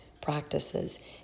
practices